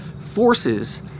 forces